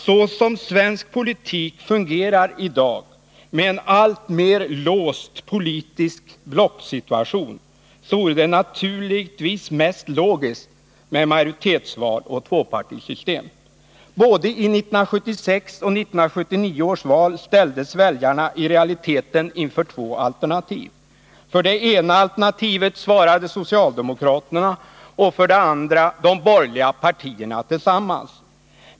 Så som svensk politik fungerar i dag, med en alltmer låst politisk blocksituation, vore det naturligtvis mest logiskt med majoritetsval och tvåpartisystem. Både i 1976 och i 1979 års val ställdes väljarna i realiteten inför två alternativ. För det ena alternativet svarade socialdemokraterna och för det andra de borgerliga partierna tillsammans.